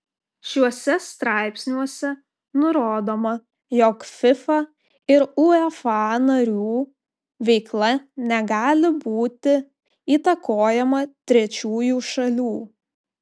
šiuose straipsniuose nurodoma jog fifa ir uefa narių veikla negali būti įtakojama trečiųjų šalių